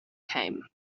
came